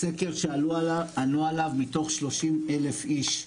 סקר שענו עליו מתוך 30,000 איש,